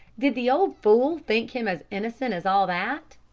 did the old fool think him as innocent as all that?